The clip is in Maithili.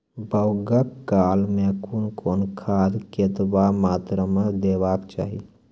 बौगक काल मे कून कून खाद केतबा मात्राम देबाक चाही?